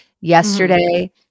Yesterday